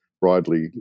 broadly